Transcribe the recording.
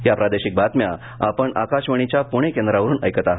या प्रादेशिक बातम्या आपण आकाशवाणीच्या पुणे केंद्रावरुन ऐकत आहात